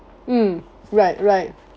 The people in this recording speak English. mm right right